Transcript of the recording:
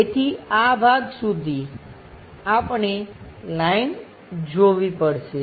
તેથી આ ભાગ સુધી આપણે લાઈન જોવી પડશે